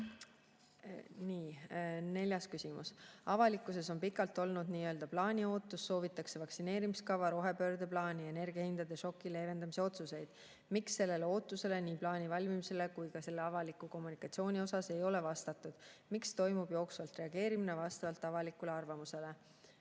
Neljas küsimus: "Avalikkuses on pikalt olnud nö plaaniootus – soovitakse vaktsineerimiskava, rohepöörde plaani, energiahindade šoki leevendamise otsuseid. Miks sellele ootusele – nii plaani valmimise kui ka selle avaliku kommunikatsiooni osas – ei ole vastatud? Miks toimub jooksvalt reageerimine vastavalt avalikule arvamusele?"